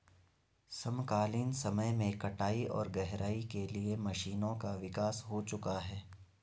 समकालीन समय में कटाई और गहराई के लिए मशीनों का विकास हो चुका है